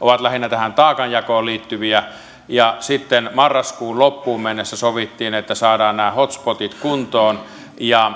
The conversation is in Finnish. ovat lähinnä tähän taakanjakoon liittyviä ja sitten sovittiin että marraskuun loppuun mennessä saadaan nämä hot spotit kuntoon ja